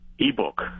e-book